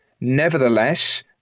nevertheless